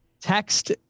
Text